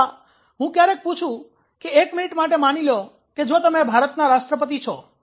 અથવા હું ક્યારેક પૂછું કે એક મિનિટ માટે માની લ્યો કે જો તમે ભારતના રાષ્ટ્રપતિ છો